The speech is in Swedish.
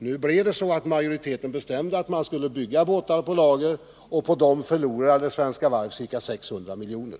Nu bestämde dock majoriteten att man skulle bygga båtar på lager, och på de båtarna förlorade Svenska Varv ca 600 miljoner.